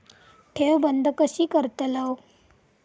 ठेव बंद कशी करतलव?